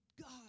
God